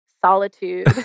solitude